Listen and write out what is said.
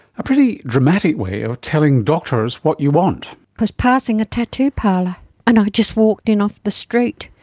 a pretty dramatic way of telling doctors what you want. i was passing a tattoo parlour and i just walked in off the street.